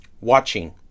watching